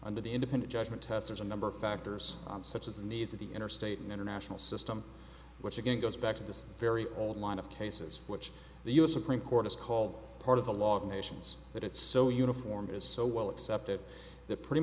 under the independent judgment test there's a number of factors such as the needs of the interstate and international system which again goes back to this very old line of cases which the u s supreme court has called part of the law of nations that it's so uniform is so well accepted that pretty